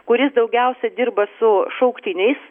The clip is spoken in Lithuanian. kuris daugiausia dirba su šauktiniais